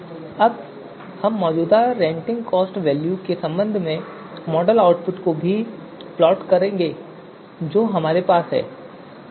अब हम मौजूदा रेंटिंग कॉस्ट वैल्यू के संबंध में मॉडल आउटपुट को भी प्लॉट करेंगे जो हमारे पास है